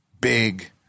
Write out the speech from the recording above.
big